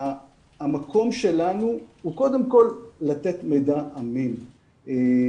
המקום שלנו הוא קודם כל לתת מידע אמין,